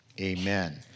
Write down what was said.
amen